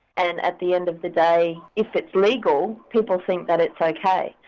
and at the end of the day if it's legal, people think that it's ok.